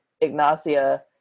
Ignacia